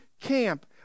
camp